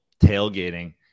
tailgating